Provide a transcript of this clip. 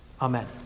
Amen